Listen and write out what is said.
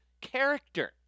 character